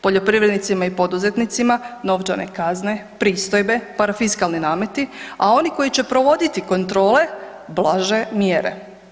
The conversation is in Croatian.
Poljoprivrednicima i poduzetnicima, novčane kazne, pristojbe, parafiskalni nameti a oni koji će provoditi kontrole, blaže mjere.